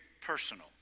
personal